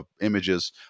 images